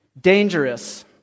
dangerous